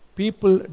people